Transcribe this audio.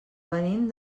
venim